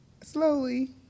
Slowly